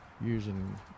using